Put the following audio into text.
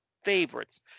favorites